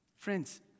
Friends